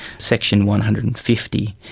section one hundred and fifty.